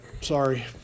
sorry